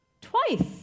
twice